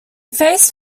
faced